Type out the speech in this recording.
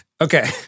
Okay